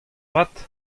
vat